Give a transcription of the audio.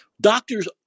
Doctors